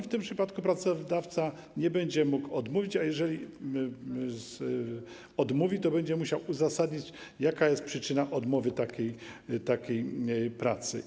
W tym przypadku pracodawca nie będzie mógł odmówić, a jeżeli odmówi, to będzie musiał uzasadnić, jaka jest przyczyna odmowy takiej pracy.